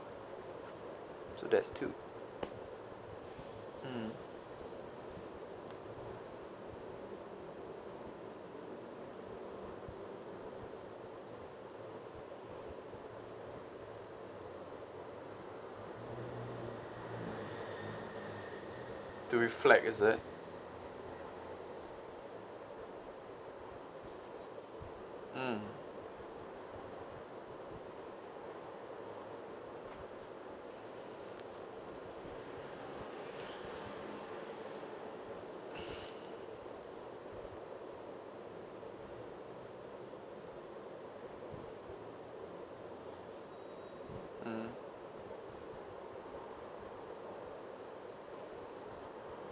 so that's two hmm to reflect is it hmm mm